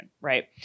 right